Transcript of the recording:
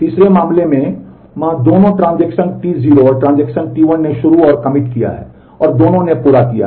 तीसरे मामले में मा दोनों ट्रांजेक्शन T0 और ट्रांजेक्शन T1 ने शुरू और कमिट किया है और दोनों ने पूरा किया है